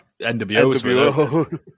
NWO